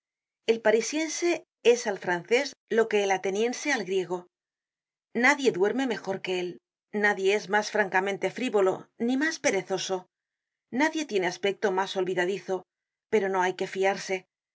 el parisiense es al francés lo que el ateniense al griego nadie duerme mejor que él nadie es mas francamente frivolo ni mas perezoso nadie tiene aspecto mas olvidadizo pero no hay que fiarse es